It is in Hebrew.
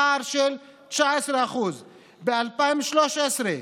פער של 19%; ב-2013,